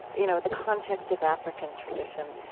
you know, the context of african tradition.